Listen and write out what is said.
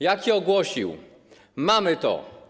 Jaki ogłosił: Mamy to.